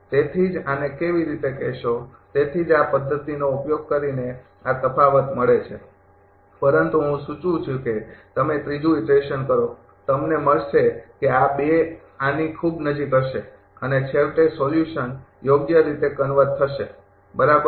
તેથી જ આને કેવી રીતે કહેશો તેથી જ આ પદ્ધતિનો ઉપયોગ કરીને આ તફાવત મળે છે પરંતુ હું સૂચવું છું કે તમે ત્રીજુ ઇટરેશન કરો તમને મળશે કે આ ૨ આની ખૂબ નજીક હશે અને છેવટે સોલ્યુશન યોગ્ય રીતે કન્વર્ઝ થશે બરાબર